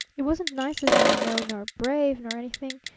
it wasn't nice of me, i know, nor brave, nor anything,